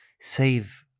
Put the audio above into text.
Save